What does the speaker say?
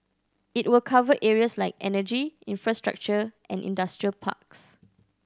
it will cover areas like energy infrastructure and industrial parks